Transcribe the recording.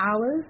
Hours